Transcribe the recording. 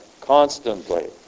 constantly